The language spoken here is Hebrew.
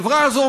החברה הזאת